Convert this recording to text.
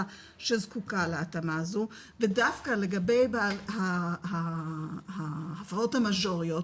שזקוקה להתאמה הזו ודווקא לגבי ההפרעות המז'וריות,